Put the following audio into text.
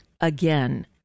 again